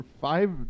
five